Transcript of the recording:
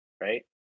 right